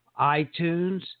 iTunes